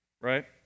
right